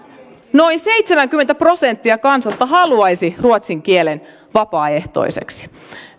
noin seitsemänkymmentä prosenttia kansasta haluaisi ruotsin kielen vapaaehtoiseksi